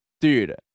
Dude